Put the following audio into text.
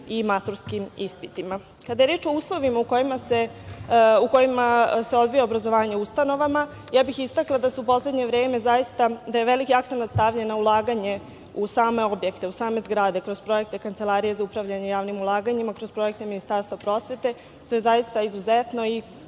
i maturskim ispitima. Kada je reč o uslovima u kojima se odvija obrazovanje u ustanovama, istakla bih da je u poslednje vreme veliki akcenat stavljen na ulaganje u same objekte, u same zgrade, kroz projekte Kancelarije za upravljanje javnim ulaganjima, kroz projekte Ministarstva prosvete, što je zaista izuzetno i